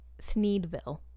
Sneedville